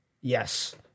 Yes